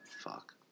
fuck